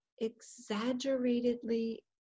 exaggeratedly